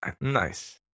nice